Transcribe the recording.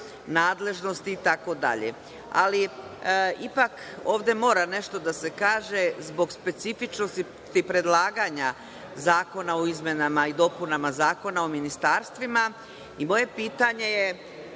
nadležnosti, itd. Ali, ovde mora nešto da se kaže zbog specifičnosti predlaganja zakona o izmenama i dopunama Zakona o ministarstvima i moje pitanje je,